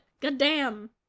goddamn